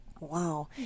Wow